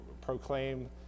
proclaim